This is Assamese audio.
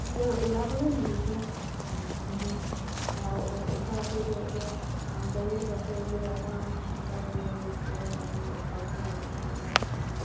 এতিয়া ওলাবলে নিদিছিলে মানুহে ওচৰা ওচৰিকে এতিয়া ক'ভিড হৈছে অকমান